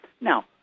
Now